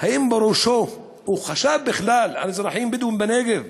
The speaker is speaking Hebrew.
האם בראשו הוא חשב בכלל על אזרחים בדואים בנגב,